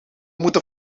moeten